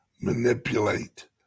manipulate